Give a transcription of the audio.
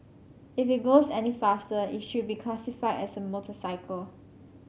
if it goes any faster it should be classified as a motorcycle